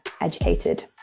educated